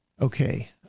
Okay